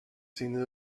cine